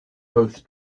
both